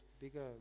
bigger